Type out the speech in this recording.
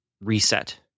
reset